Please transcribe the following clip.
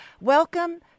Welcome